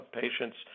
patients